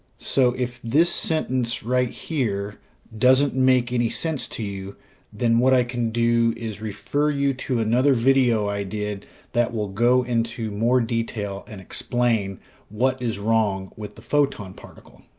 so, if this sentence right here doesn't make any sense to you, then what i can do is refer you to another video i did that will go into more detail and explain what is wrong with the photon particle.